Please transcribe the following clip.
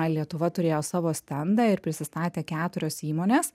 lietuva turėjo savo stendą ir prisistatė keturios įmonės